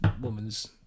woman's